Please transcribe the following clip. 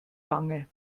wange